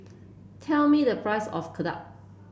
tell me the price of